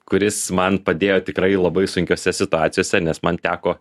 kuris man padėjo tikrai labai sunkiose situacijose nes man teko